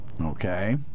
Okay